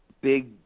big